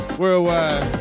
worldwide